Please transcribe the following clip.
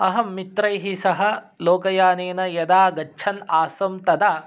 अहं मित्रैः सह लोकयानेन यदा गच्छन् आसम् तदा